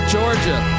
Georgia